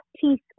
teeth